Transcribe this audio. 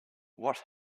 what